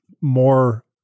more